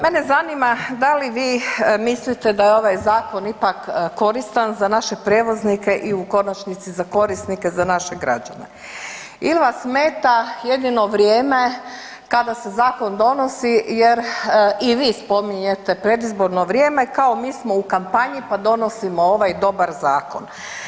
Mene zanima da li vi mislite da je ovaj zakon ipak koristan za naše prijevoznike i u konačnici za korisnike za naše građane ili vas smeta jedino vrijeme kada se zakon donosi jer i vi spominjete predizborno vrijeme kao mi smo u kampanji pa donosimo ovaj dobar zakon?